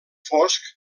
fosc